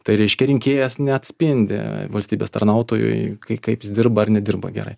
tai reiškia rinkėjas neatspindi valstybės tarnautojui kaip kaip jis dirba ar nedirba gerai